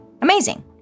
Amazing